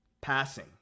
passing